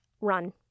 run